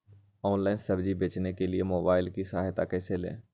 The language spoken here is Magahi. ऑनलाइन सब्जी बेचने के लिए मोबाईल की सहायता कैसे ले?